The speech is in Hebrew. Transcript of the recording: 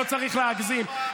לא צריך להגזים,